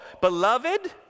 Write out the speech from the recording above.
Beloved